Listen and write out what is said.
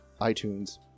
iTunes